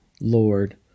Lord